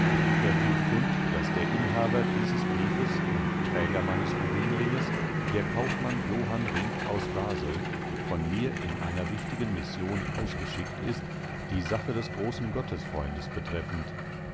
er tut kund daß der inhaber dieses briefes und träger meines rubinringes der kaufmann johann rinck aus basel von mir in einer wichtigen mission ausgeschickt ist die sache des großen gottesfreundes betreffend